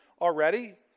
already